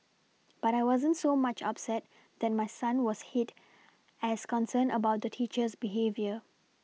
but I wasn't so much upset that my son was hit as concerned about the teacher's behaviour